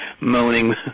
moaning